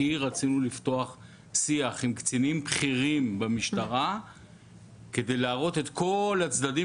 כי רצינו לפתוח שיח עם קצינים בכירים במשטרה כדי להראות את כל הצדדים